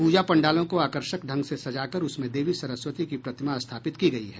पूजा पंडालों को आकर्षक ढंग से सजाकर उसमें देवी सरस्वती की प्रतिमा स्थापित की गयी है